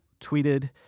tweeted